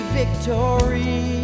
victory